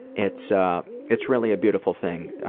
it's ah it's really a beautiful thing.